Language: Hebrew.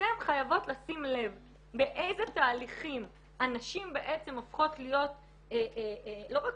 אתן חייבות לשים לב באיזה תהליכים הנשים הופכות להיות לא רק